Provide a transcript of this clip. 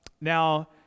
Now